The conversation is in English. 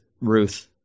Ruth